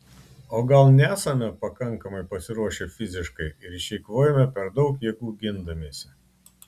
o gal nesame pakankamai pasiruošę fiziškai ir išeikvojome per daug jėgų gindamiesi